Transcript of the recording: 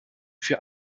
für